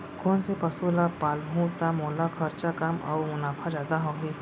कोन से पसु ला पालहूँ त मोला खरचा कम अऊ मुनाफा जादा होही?